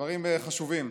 דברים חשובים.